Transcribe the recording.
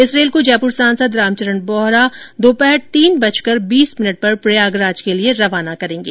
इस रेल को जयपुर सांसद रामचरण बोहरा दोपहर तीन बजकर बीस मिनट पर प्रयागराज के लिए रवाना करेंगे